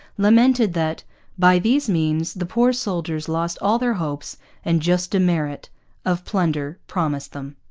lamented that by these means the poor souldiers lost all their hopes and just demerit of plunder promised them